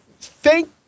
thank